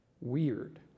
Weird